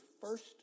first